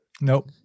Nope